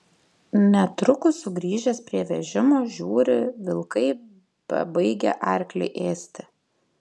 netrukus sugrįžęs prie vežimo žiūri vilkai bebaigią arklį ėsti